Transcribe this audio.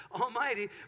Almighty